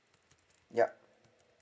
ya